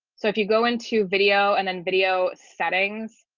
so if you go into video and then video settings